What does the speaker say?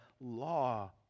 law